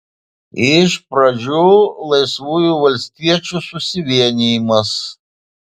iš pradžių laisvųjų valstiečių susivienijimas